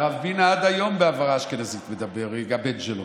עד היום בהברה אשכנזית מדבר הבן שלו.